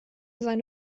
seine